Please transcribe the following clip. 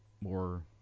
more